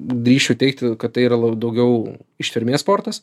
drįsčiau teigti kad tai yra daugiau ištvermės sportas